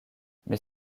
mais